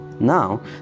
now